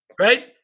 Right